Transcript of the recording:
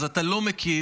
אז אתה לא מכיר,